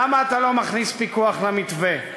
למה אתה לא מכניס פיקוח למתווה,